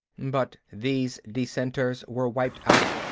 but these dissenters were wiped out,